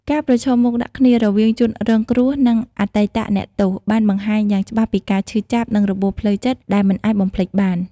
ការប្រឈមមុខដាក់គ្នារវាងជនរងគ្រោះ និងអតីតអ្នកទោសបានបង្ហាញយ៉ាងច្បាស់ពីការឈឺចាប់ និងរបួសផ្លូវចិត្តដែលមិនអាចបំភ្លេចបាន។